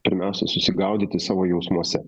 pirmiausia susigaudyti savo jausmuose